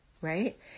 Right